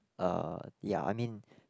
uh ya I mean